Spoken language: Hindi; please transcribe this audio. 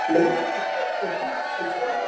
मेरे को इसमें इसमें इसमें